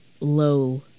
low